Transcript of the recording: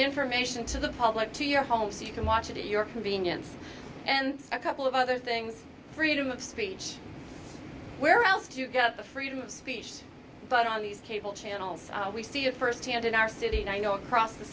information to the public to your home so you can watch it at your convenience and a couple of other things freedom of speech where else do you get the freedom of speech but on these cable channels we see it firsthand in our city and i know across the